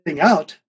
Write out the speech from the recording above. out